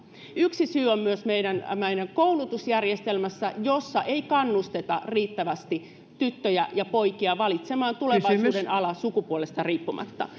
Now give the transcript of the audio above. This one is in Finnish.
yksi syy on myös meidän meidän koulutusjärjestelmässä jossa ei kannusteta riittävästi tyttöjä ja poikia valitsemaan tulevaisuuden ala sukupuolesta riippumatta